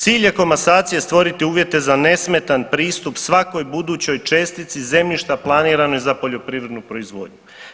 Cilj je komasacije stvoriti uvjete za nesmetan pristup svakoj budućoj čestiti zemljišta planiranoj za poljoprivrednu proizvodnju.